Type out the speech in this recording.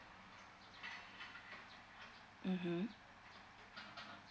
mmhmm